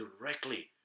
directly